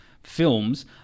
Films